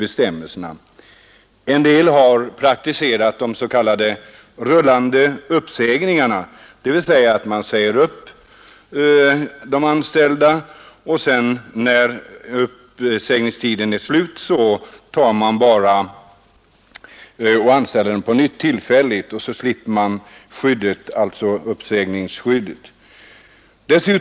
En del har praktiserat de s.k. rullande uppsägningarna, dvs. man säger upp de anställda, och sedan när uppsägningstiden är slut anställer man dem på nytt men tillfälligt. På så sätt slipper man uppsägningsskyddet.